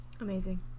Amazing